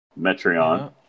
metreon